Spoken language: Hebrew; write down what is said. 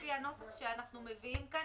לפי הנוסח שאנחנו מביאים כאן,